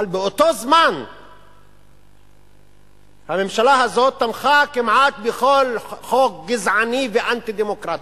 אבל באותו זמן הממשלה הזאת תמכה כמעט בכל חוק גזעני ואנטי-דמוקרטי,